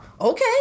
okay